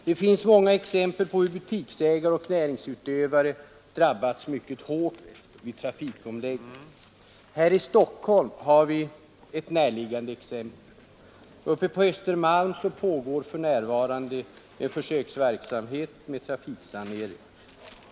Det finns många exempel på hur butiksägare och näringsutövare drabbas mycket hårt vid trafikomläggning. Här i Stockholm har vi ett närliggande exempel. På Östermalm pågår för närvarande en försöksverksamhet med trafiksanering.